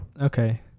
Okay